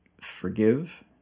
forgive